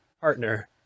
partner